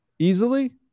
Easily